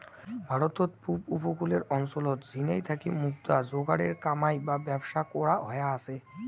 ভারতত পুব উপকূলের অঞ্চলত ঝিনাই থাকি মুক্তা যোগারের কামাই বা ব্যবসা করা হয়া আচে